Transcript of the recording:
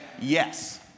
yes